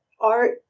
art